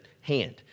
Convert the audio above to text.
hand